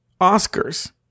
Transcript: Oscars